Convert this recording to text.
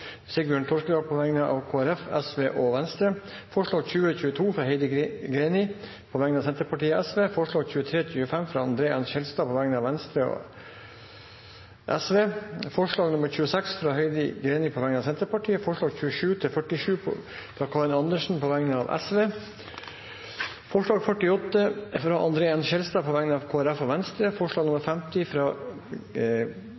Sigbjørn Toskedal på vegne av Kristelig Folkeparti, Venstre og Sosialistisk Venstreparti forslagene nr. 20–22, fra Heidi Greni på vegne av Senterpartiet og Sosialistisk Venstreparti forslagene nr. 23–25, fra André N. Skjelstad på vegne av Venstre og Sosialistisk Venstreparti forslag nr. 26, fra Heidi Greni på vegne av Senterpartiet forslagene nr. 27–47, fra Karin Andersen på vegne av Sosialistisk Venstreparti forslag nr. 48, fra André N. Skjelstad på vegne av Kristelig Folkeparti og Venstre forslag